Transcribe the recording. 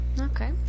Okay